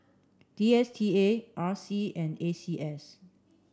D S T A R C and A C S